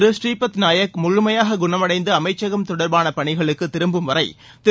பூர்பாத் நாயக் முழுமையாக குணமடைந்து அமைச்சகம் தொடர்பான பணிகளுக்கு திரும்பும் வரை திரு